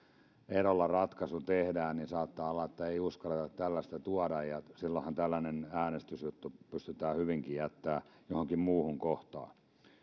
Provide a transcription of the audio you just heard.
erolla ratkaisu tehdään hallituspuolueistakaan ja etenkään puhemiehistöstä ei uskalleta tällaista tuoda ja silloinhan tällainen äänestysjuttu pystytään hyvinkin jättämään johonkin muuhun kohtaan